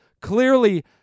Clearly